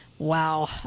Wow